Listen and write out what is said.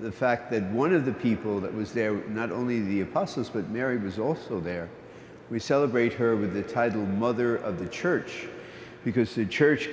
the fact that one of the people that was there not only the us s but mary was also there we celebrate her with the title mother of the church because the church